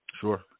sure